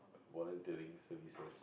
volunteering services